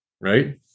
right